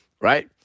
Right